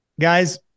guys